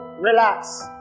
relax